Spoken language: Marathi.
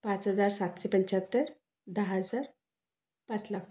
पाच हजार सातशे पंच्याहत्तर दहा हजार पाच लाख